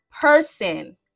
person